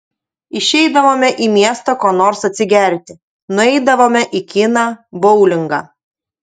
išeidavome į miestą ko nors atsigerti nueidavome į kiną boulingą